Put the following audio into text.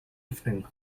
evening